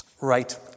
Right